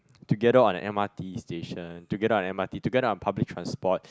together on M_R_T station together on M_R_T together on public transport